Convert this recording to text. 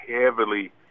heavily